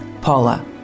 Paula